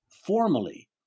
formally